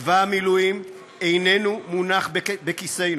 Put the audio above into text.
צבא המילואים איננו מונח בכיסנו.